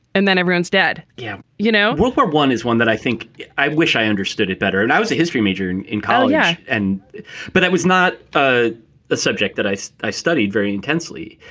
and then everyone's dead. yeah you know, world war one is one that i think i wish i understood it better. and i was a history major and in college. yeah. and but that was not a subject that i so i studied very intensely,